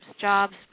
jobs